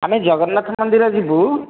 ଆମେ ଜଗନ୍ନାଥ ମନ୍ଦିର ଯିବୁ